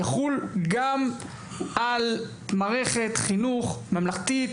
יחול גם על מערכת החינוך הממלכתית,